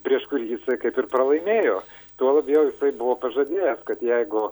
prieš kurį jisai kaip ir pralaimėjo tuo labiau jisai buvo pažadėjęs kad jeigu